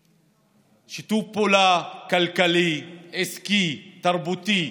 האמירויות: שיתוף פעולה כלכלי, עסקי, תרבותי,